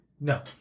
No